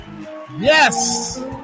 Yes